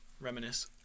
reminisce